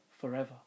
forever